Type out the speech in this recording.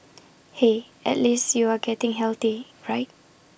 hey at least you are getting healthy right